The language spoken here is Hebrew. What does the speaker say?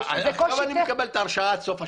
אני מקבל את ההרשאה עד סוף השנה.